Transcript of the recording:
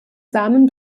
samen